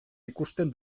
ikusten